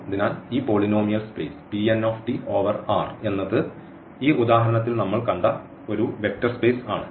അതിനാൽ ഈ polynomial space over എന്നത് ഈ ഉദാഹരണത്തിൽ നമ്മൾ കണ്ട ഒരു വെക്റ്റർ സ്പേസ് ആണ്